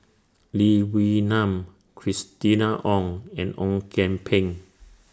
Lee Wee Nam Christina Ong and Ong Kian Peng